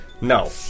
No